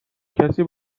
کسی